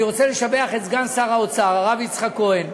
אני רוצה לשבח את סגן שר האוצר, הרב יצחק כהן,